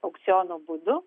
aukciono būdu